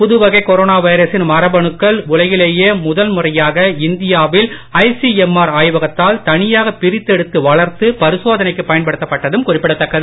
புதுவகை corona வைரசின் மரபணுக்கள் உலகிலேயே முதல் முறையாக இந்தியாவில் ஐசிஎம்ஆர் ஆய்வகத்தால் தனியாக பிரித்தெடுத்து வளர்த்து பரிசோதனைக்கு பயன்படுத்தப்பட்டதும் குறிப்பிடத் தக்கது